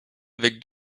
avec